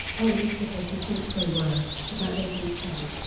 ullman says he thinks they were about eight and ten.